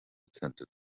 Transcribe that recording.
attended